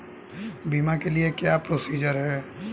बीमा के लिए क्या क्या प्रोसीजर है?